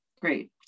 Great